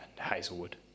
Hazelwood